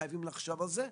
חייבים לחשוב על זה.